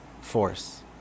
force